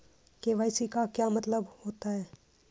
KYC का क्या मतलब होता है?